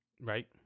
Right